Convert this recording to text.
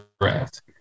draft